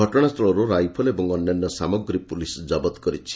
ଘଟଣାସ୍ଥିଳରୁ rifle ଏବଂ ଅନ୍ୟାନ୍ୟ ସାମଗ୍ରୀ ପୁଲିସ୍ ଜବତ କରିଛି